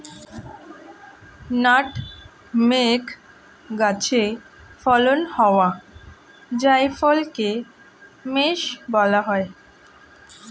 nutmeg গাছে ফলন হওয়া জায়ফলকে মেস বলা হয়